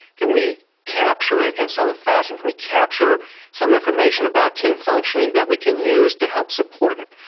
can we capture it in some fashion, can we capture some information about team functioning that we can use to help support it?